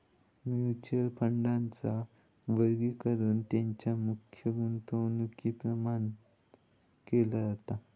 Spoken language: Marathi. म्युच्युअल फंडांचा वर्गीकरण तेंच्या मुख्य गुंतवणुकीप्रमाण केला जाता